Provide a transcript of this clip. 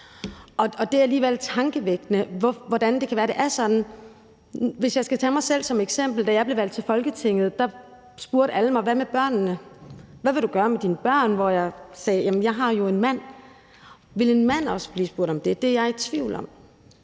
og det er alligevel tankevækkende, hvordan det kan være, at det er sådan. Jeg kan tage mig selv som eksempel. Da jeg blev valgt til Folketinget, spurgte alle mig: Hvad med børnene, hvad vil du gøre med dine børn? Og jeg sagde, at jeg jo har en mand. Ville en mand også blive spurgt om det? Det er jeg i tvivl om.